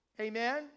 amen